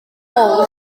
rôl